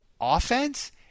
Offense